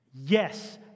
Yes